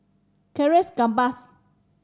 Charles Gamba